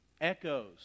echoes